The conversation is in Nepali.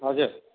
हजुर